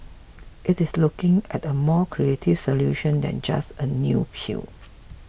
it is looking at a more creative solution than just a new pill